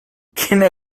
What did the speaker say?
quina